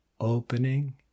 opening